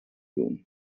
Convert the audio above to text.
room